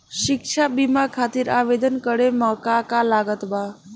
शिक्षा बीमा खातिर आवेदन करे म का का लागत बा?